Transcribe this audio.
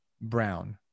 Brown